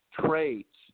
traits